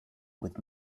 with